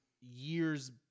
years